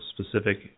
specific